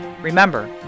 Remember